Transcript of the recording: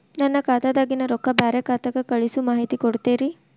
ನನ್ನ ಖಾತಾದಾಗಿನ ರೊಕ್ಕ ಬ್ಯಾರೆ ಖಾತಾಕ್ಕ ಕಳಿಸು ಮಾಹಿತಿ ಕೊಡತೇರಿ?